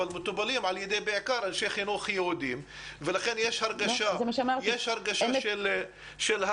אבל מטופלים על ידי בעיקר אנשי חינוך יהודים ולכן יש הרגשה של הכתבה.